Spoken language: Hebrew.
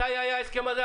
מתי היה ההסכם הזה?